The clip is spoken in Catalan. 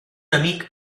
amic